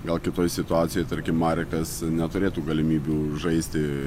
gal kitoj situacijoj tarkim marekas neturėtų galimybių žaisti